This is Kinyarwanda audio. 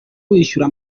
wishyura